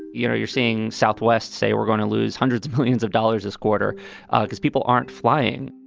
you know, you're seeing southwest say we're going to lose hundreds of billions of dollars this quarter because people aren't flying